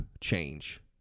change